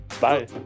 bye